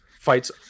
fights